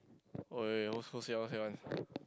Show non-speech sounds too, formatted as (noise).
!oi! also say out say one (noise)